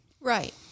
Right